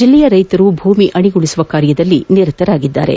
ಜಿಲ್ಲೆಯ ಕೈತರು ಭೂಮಿ ಅಣಿಗೊಳಸುವ ಕಾರ್ಯದಲ್ಲಿ ಮಗ್ಟರಾಗಿದ್ದಾರೆ